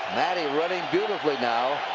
matte running beautifully now.